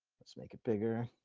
let's make it bigger.